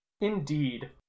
Indeed